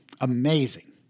Amazing